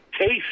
taste